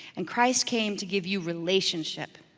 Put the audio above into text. and christ came to give you relationship,